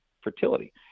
fertility